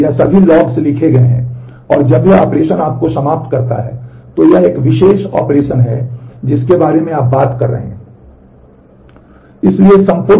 ये सभी लॉग्स लिखे गए हैं और जब यह ऑपरेशन आपको समाप्त करता है तो यह एक विशेष ऑपरेशन है जिसके बारे में आप बात कर रहे हैं